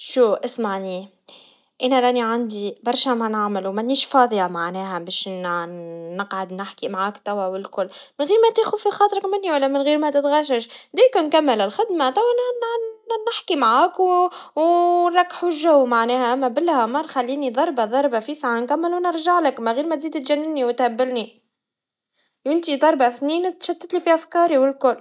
شو اسمعني, أنا راني عندي برشا ما نعملوا, منيش فاضيا معناها, باش نع- نقعد نحكي معاك توا والكل, من غير ما تاخد في خاطرك مني ولا من غير ما تتغجغج, ديكو نكمل الخدما, تونا نن- نحكي معاك. و- و نرقحوا الجو معناها, أما بالله ما تخليني زربا زربا فيس عنكملوا ونرجعلك, من غير ما تزيد تجنني وتهبلني, انتي زربا سنين تشتتلي في أفكاري والكل.